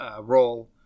role